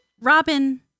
Robin